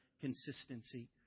consistency